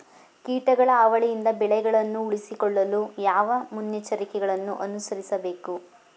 ಕೀಟಗಳ ಹಾವಳಿಯಿಂದ ಬೆಳೆಗಳನ್ನು ಉಳಿಸಿಕೊಳ್ಳಲು ಯಾವ ಮುನ್ನೆಚ್ಚರಿಕೆಗಳನ್ನು ಅನುಸರಿಸಬೇಕು?